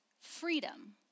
Freedom